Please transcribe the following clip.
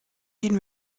gehn